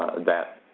that